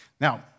Now